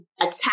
attack